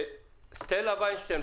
סטלה ויינשטיין,